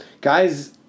guys